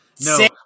No